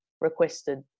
requested